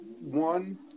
One